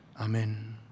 amen